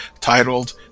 titled